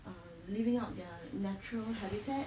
err leaving out their natural habitat